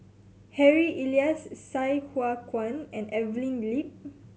Harry Elias Sai Hua Kuan and Evelyn Lip